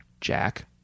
Jack